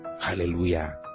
Hallelujah